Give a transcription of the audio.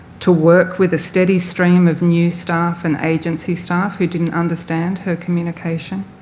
to work with a steady stream of new staff and agency staff who didn't understand her communication,